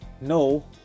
no